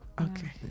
Okay